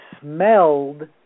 smelled